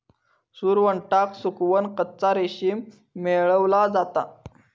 सुरवंटाक सुकवन कच्चा रेशीम मेळवला जाता